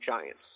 Giants